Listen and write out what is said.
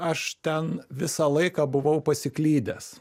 aš ten visą laiką buvau pasiklydęs